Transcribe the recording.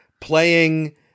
playing